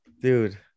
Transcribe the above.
dude